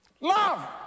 Love